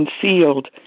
concealed